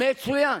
מצוין.